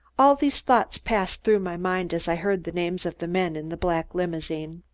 all these thoughts passed through my mind as i heard the names of the men in the black limousine.